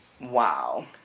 Wow